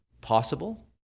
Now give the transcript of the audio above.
possible